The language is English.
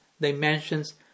dimensions